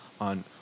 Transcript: on